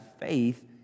faith